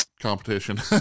competition